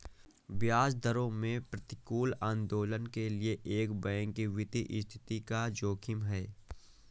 ब्याज दरों में प्रतिकूल आंदोलनों के लिए एक बैंक की वित्तीय स्थिति का जोखिम है